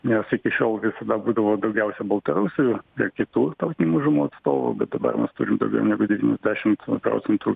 nes iki šiol visada būdavo daugiausia baltarusių ir kitų tautinių mažumų atstovų bet dabar mes turim daugiau negu devyniasdešimt procentų